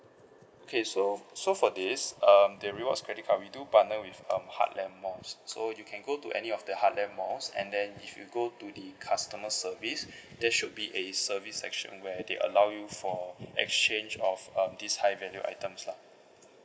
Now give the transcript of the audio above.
okay so so for this um the rewards credit card we do partner with um heartland malls so you can go to any of the heartland malls and then if you go to the customer service there should be a service section where they allow you for exchange of um this high value items lah